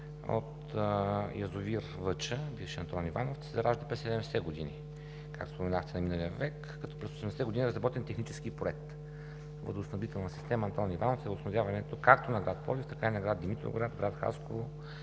от язовир „Въча“, бивш „Антонивановци“, се заражда през 70-те години, както споменахте, на миналия век, като през 80-те години е разработен технически проект „Водоснабдителна система „Антонивановци“ за водоснабдяване както на град Пловдив, така и на град Димитровград, град Хасково